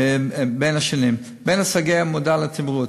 בין הישגי מודל התמרוץ: